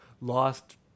lost